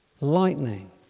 lightning